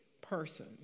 person